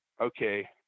okay